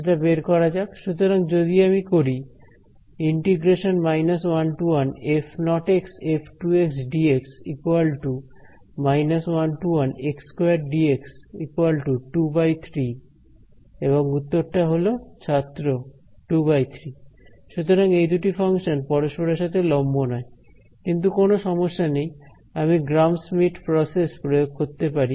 সেটা বের করা যাক সুতরাং যদি আমি করি f0f2dx x2 dx23 এবং উত্তরটা হল ছাত্র 23 সুতরাং এই দুটি ফাংশন পরস্পরের সাথে লম্ব নয় কিন্তু কোন সমস্যা নেই আমি গ্রাম স্মিডট প্রসেস প্রয়োগ করতে পারি